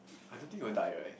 I don't think will die right